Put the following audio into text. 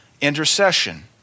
Intercession